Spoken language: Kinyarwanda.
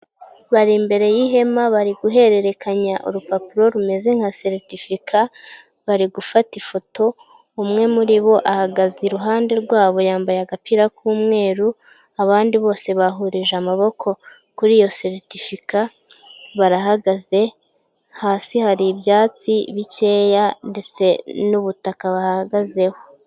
bari imbere y'ihema bari guhererekanya urupapuro rumeze nka seritifika bari gufata ifoto, umwe muri bo ahagaze iruhande rwabo yambaye agapira k'umweru abandi bose bahurije amaboko kuri iyo seritifika barahagaze, hasi hari ibyatsi bikeya ndetse n'ubutaka bahagazeho.